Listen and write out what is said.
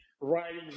writing